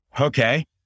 Okay